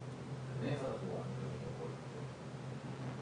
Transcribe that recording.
אבל אלה מילים שאין להן משמעות ברמה הפרקטית כי ברור